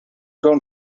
grown